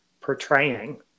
portraying